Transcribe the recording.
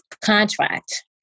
contract